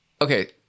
okay